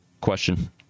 question